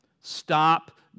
Stop